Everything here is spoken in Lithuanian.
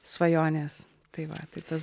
svajonės tai va tai tas